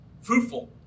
fruitful